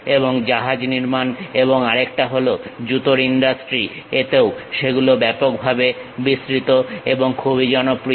এবং জাহাজ নির্মাণ এবং আরেকটা হল জুতোর ইন্ডাস্ট্রি এতেও সেগুলো ব্যাপকভাবে বিস্তৃত এবং খুবই জনপ্রিয়